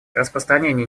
распространение